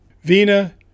Vina